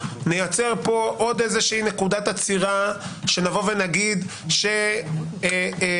נייצר פה עוד נקודת עצירה שנבוא ונגיד שגופים